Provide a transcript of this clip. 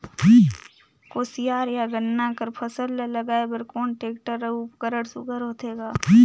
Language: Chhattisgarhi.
कोशियार या गन्ना कर फसल ल लगाय बर कोन टेक्टर अउ उपकरण सुघ्घर होथे ग?